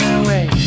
away